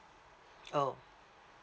oh